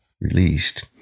released